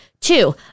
Two